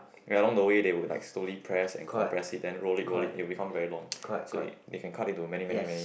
ya along the way they would like slowly press and compress it then roll it roll it it become very long so it they can cut it to many many many